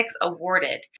awarded